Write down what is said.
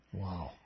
Wow